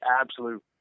absolute